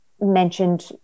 mentioned